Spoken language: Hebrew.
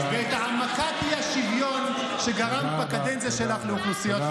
ואת העמקת האי-שוויון שגרמת בקדנציה שלך לאוכלוסיות חלשות.